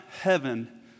heaven